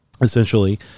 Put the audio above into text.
essentially